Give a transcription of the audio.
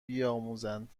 بیاموزند